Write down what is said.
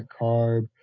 carb